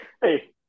Hey